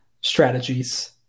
strategies